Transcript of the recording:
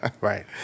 right